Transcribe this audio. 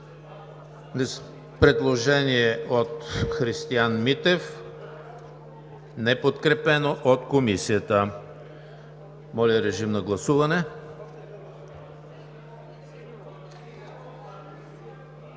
Предложение от Христиан Митев, неподкрепено от Комисията. Моля, режим на гласуване.